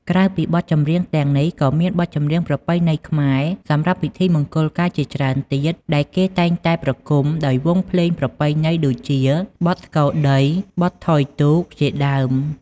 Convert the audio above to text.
ក្រៅពីបទចម្រៀងទាំងនេះ ក៏មានបទចម្រៀងប្រពៃណីខ្មែរសម្រាប់ពិធីមង្គលការជាច្រើនទៀតដែលគេតែងតែប្រគំដោយវង់ភ្លេងប្រពៃណីដូចជាបទ "បទស្គរដី", "បទថយទូក" ជាដើម។